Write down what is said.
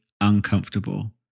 uncomfortable